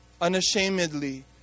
unashamedly